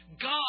God